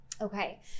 Okay